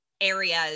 areas